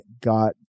got